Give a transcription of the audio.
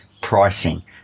pricing